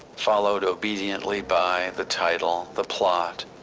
followed obediently by the title, the plot,